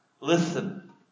listen